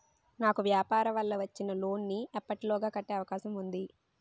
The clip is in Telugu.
నాకు వ్యాపార వల్ల వచ్చిన లోన్ నీ ఎప్పటిలోగా కట్టే అవకాశం ఉంది?